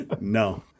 no